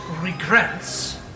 regrets